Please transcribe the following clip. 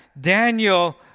Daniel